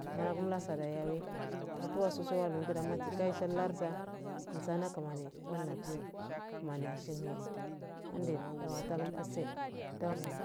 Yaragunsadayawe atuwasu suwanantu kaye sha larda sano kumai wanafiyo kumani a shinhe indefadawa toluse folo.